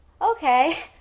Okay